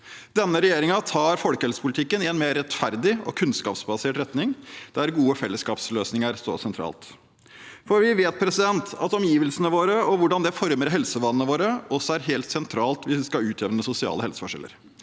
Denne regjeringen tar folkehelsepolitikken i en mer rettferdig og kunnskapsbasert retning der gode fellesskapsløsninger står sentralt. Vi vet at omgivelsene våre og hvordan de former helsevanene våre, også er helt sentralt hvis vi skal utjevne sosiale helseforskjeller.